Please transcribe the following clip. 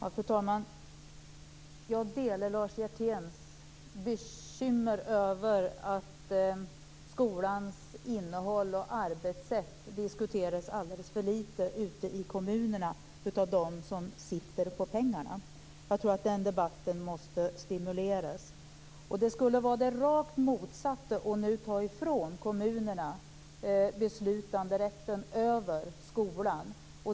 Fru talman! Jag delar Lars Hjerténs bekymmer över att skolans innehåll och arbetssätt diskuteras alldeles för lite ute i kommunerna av dem som sitter på pengarna. Jag tror att den debatten måste stimuleras. Det skulle vara det rakt motsatta att nu ta ifrån kommunerna beslutanderätten över skolan.